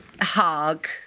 hug